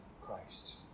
Christ